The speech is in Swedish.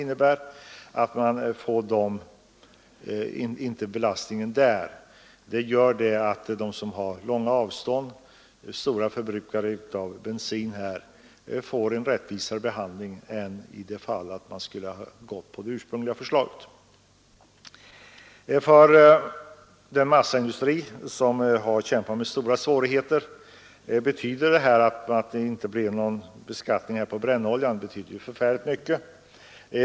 Detta medför en rättvisare behandling av dem som lever i landsändar med stora avstånd och därför är stora förbrukare av bensin. För massaindustrin, som har att kämpa med stora svårigheter, betyder det mycket att det nu inte blir någon beskattning av brännoljan.